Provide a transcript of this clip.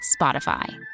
Spotify